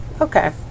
okay